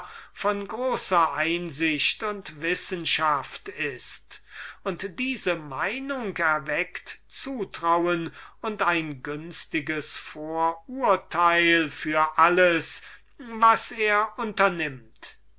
von großer einsicht und wissenschaft ist und diese meinung erweckt zutrauen und ein günstiges vorurteil für alles was er unternimmt